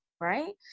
right